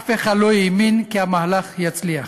אף אחד לא האמין כי המהלך יצליח.